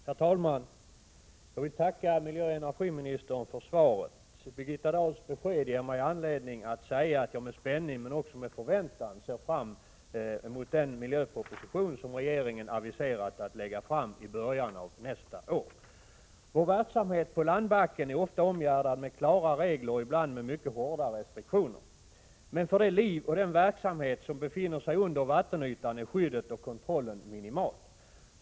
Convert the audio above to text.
Herr talman! Jag vill tacka miljöoch energiministern för svaret. Birgitta Dahls besked ger mig anledning att säga att jag med spänning men också med förväntan ser fram emot den miljöproposition som regeringen aviserat att lägga fram i början av nästa år. Vår verksamhet på landbacken är ofta omgärdad med klara regler och ibland med mycket hårda restriktioner. Men för det liv och den verksamhet som befinner sig under vattenytan är skyddet och kontrollen minimala.